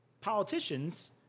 politicians